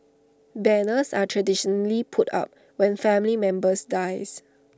banners are traditionally put up when family members dies